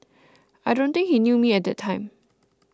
I don't think he knew me at that time